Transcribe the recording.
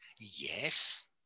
Yes